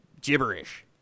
gibberish